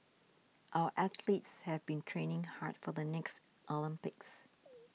our athletes have been training hard for the next Olympics